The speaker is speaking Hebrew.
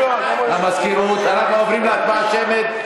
המזכירות, אנחנו עוברים להצבעה שמית.